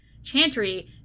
Chantry